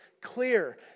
clear